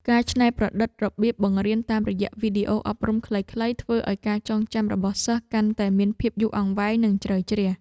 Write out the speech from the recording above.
ការច្នៃប្រឌិតរបៀបបង្រៀនតាមរយៈវីដេអូអប់រំខ្លីៗធ្វើឱ្យការចងចាំរបស់សិស្សកាន់តែមានភាពយូរអង្វែងនិងជ្រៅជ្រះ។